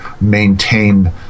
maintain